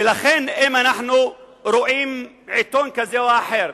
ולכן אם אנחנו רואים עיתון כזה או אחר,